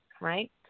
right